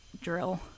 drill